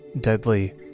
deadly